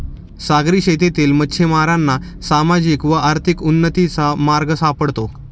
सागरी शेतीतील मच्छिमारांना सामाजिक व आर्थिक उन्नतीचा मार्ग सापडतो